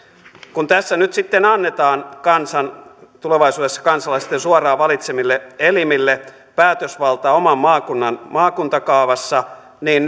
kun tässä nyt sitten annetaan tulevaisuudessa kansalaisten suoraan valitsemille elimille päätösvalta oman maakunnan maakuntakaavassa niin